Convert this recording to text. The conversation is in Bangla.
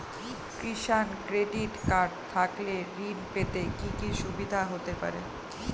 কিষান ক্রেডিট কার্ড থাকলে ঋণ পেতে কি কি সুবিধা হতে পারে?